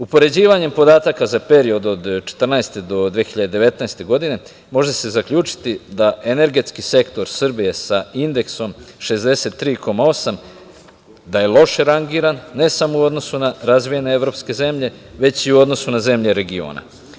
Upoređivanjem podataka za period od 2014. do 2019. godine može se zaključiti da energetski sektor Srbije sa indeksom 63,8% da je loše rangiran, ne samo u odnosu na razvijene evropske zemlje, već i u odnosu na zemlje regiona.